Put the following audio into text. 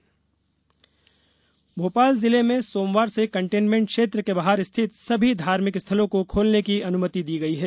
lockdown छूट भोपाल जिले में सोमवार से कंटेनमेंट क्षेत्र के बाहर रिथत सभी धार्मिक स्थलों को खोलने की अनुमति दी गई है